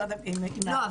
עם אגף --- לא,